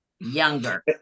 younger